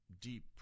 deep